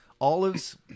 Olives